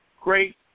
great